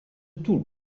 toul